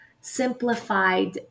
simplified